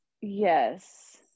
Yes